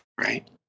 Right